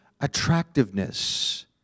attractiveness